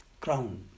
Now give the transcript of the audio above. crown